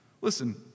Listen